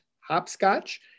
Hopscotch